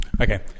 Okay